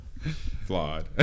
flawed